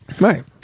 right